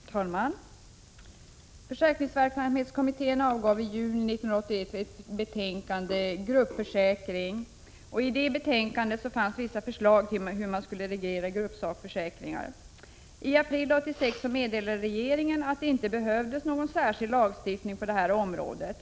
Herr talman! Försäkringsverksamhetskommittén avgav i juni 1985 ett betänkande, Gruppförsäkring. I detta betänkande fanns vissa förslag till hur man skulle reglera gruppsakförsäkringar. I april 1986 meddelade regeringen att det inte behövdes någon särskild lagstiftning på detta område.